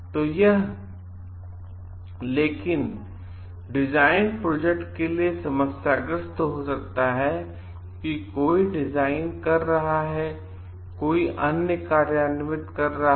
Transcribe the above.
तो लेकिन यह केवल डिज़ाइन प्रोजेक्ट के लिए समस्याग्रस्त हो सकता है क्योंकि कोई डिज़ाइन कर रहा है और कोई अन्य कार्यान्वित कर रहा है